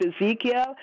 Ezekiel